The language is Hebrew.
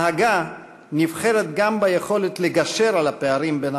הנהגה נבחנת גם ביכולת לגשר על הפערים בין